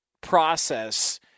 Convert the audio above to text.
process